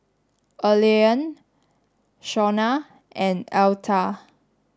Allean Shawna and Altha